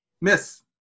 Miss